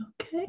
Okay